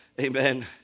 Amen